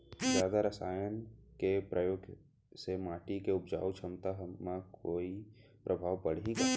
जादा रसायन के प्रयोग से माटी के उपजाऊ क्षमता म कोई प्रभाव पड़ही का?